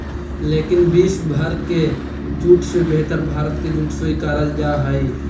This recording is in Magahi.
लेकिन विश्व भर के जूट से बेहतर भारत के जूट स्वीकारल जा हइ